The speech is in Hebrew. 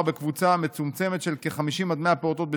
בקבוצה מצומצמת של כ-50 100 פעוטות בשנה,